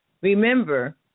Remember